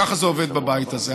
ככה זה עובד בבית הזה.